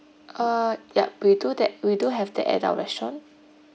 uh yup we do that we do have the adult restaurant